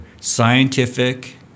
scientific